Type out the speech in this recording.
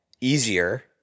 easier